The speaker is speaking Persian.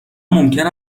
ممکن